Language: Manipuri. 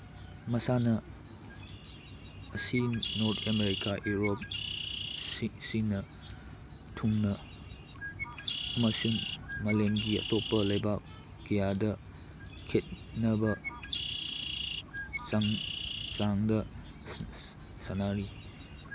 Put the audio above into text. ꯃꯁꯥꯟꯅ ꯑꯁꯤ ꯅꯣꯔꯠ ꯑꯦꯃꯦꯔꯤꯀꯥ ꯌꯨꯔꯣꯞ ꯁꯤꯟꯕ ꯊꯨꯡꯅ ꯑꯃꯁꯨꯡ ꯃꯥꯂꯦꯝꯒꯤ ꯑꯇꯣꯞꯄ ꯂꯩꯕꯥꯛ ꯀꯌꯥꯗ ꯈꯦꯠꯅꯕ ꯆꯥꯡꯗ ꯁꯥꯟꯅꯔꯤ